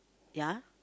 ya